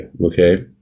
okay